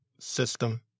System